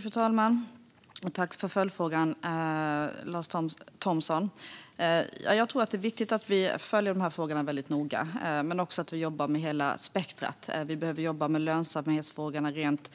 Fru talman! Tack för följdfrågan, Lars Thomsson! Det är viktigt att vi följer de här frågorna väldigt noga men också att vi jobbar med hela spektrat. Vi behöver jobba med lönsamhetsfrågorna rent